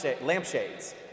lampshades